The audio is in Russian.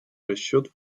расчет